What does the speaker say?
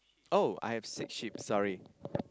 oh I have six sheep sorry